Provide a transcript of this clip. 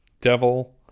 Devil